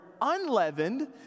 unleavened